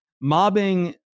mobbing